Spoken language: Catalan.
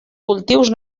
cultius